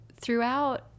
throughout